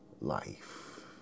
life